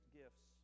gifts